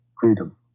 freedom